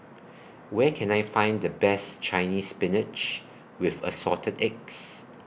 Where Can I Find The Best Chinese Spinach with Assorted Eggs